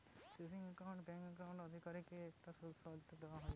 savings account এ bank account অধিকারীদের কে একটা শুধ দেওয়া হতিছে